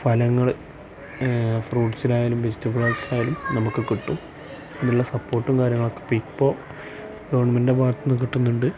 ഫലങ്ങൾ ഫ്രൂട്ട്സിന് ആയാലും വെജിറ്റബിൾസ് ആയാലും നമുക്ക് കിട്ടും നല്ല സപ്പോർട്ടും കാര്യങ്ങളൊക്കെ ഇപ്പം ഇപ്പോൾ ഗവൺമെൻ്റിൻ്റെ ഭാഗത്തു നിന്ന് കിട്ടുന്നുണ്ട്